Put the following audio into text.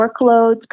workloads